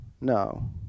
No